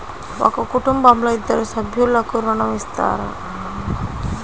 ఒక కుటుంబంలో ఇద్దరు సభ్యులకు ఋణం ఇస్తారా?